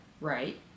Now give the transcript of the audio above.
right